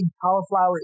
cauliflower